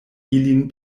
ilin